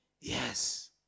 Yes